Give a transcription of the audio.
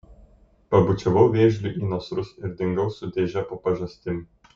pabučiavau vėžliui į nasrus ir dingau su dėže po pažastim